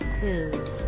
food